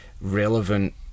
relevant